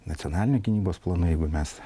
nacionaliniai gynybos planai jeigu mes